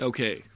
Okay